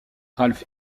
ralph